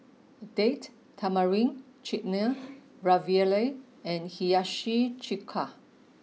Date Tamarind Chutney Ravioli and Hiyashi Chuka